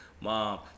mom